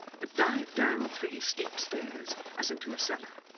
but dived down three steep stairs, as into a cellar.